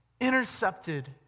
intercepted